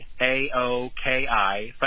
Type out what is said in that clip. A-O-K-I